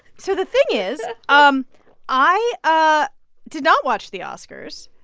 so the thing is um i ah did not watch the oscars.